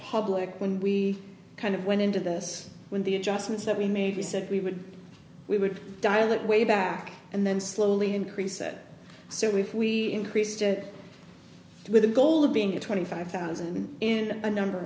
public when we kind of went into this when the adjustments that we made we said we would we would dial it way back and then slowly increase it so we increased it with the goal of being a twenty five thousand in a number